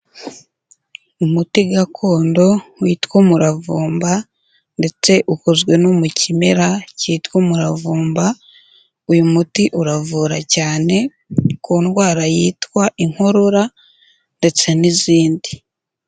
Umuti gakondo witwa umuravumba ndetse ukozwe no mu kimera cyitwa umuravumba, uyu muti uravura cyane ku ndwara yitwa inkorora ndetse n'izindi.